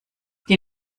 die